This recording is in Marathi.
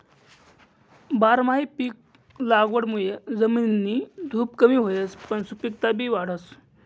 बारमाही पिक लागवडमुये जमिननी धुप कमी व्हसच पन सुपिकता बी वाढस